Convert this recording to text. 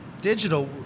Digital